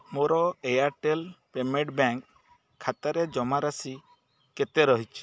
ମୋର Airtel payment bank ଖାତାରେ ଜମାରାଶି କେତେ ରହିଛି